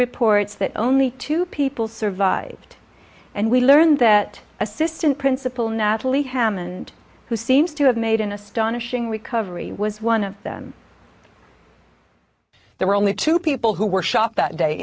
reports that only two people survived and we learned that assistant principal natalie hammond who seems to have made an astonishing recovery was one of them there were only two people who were shot that day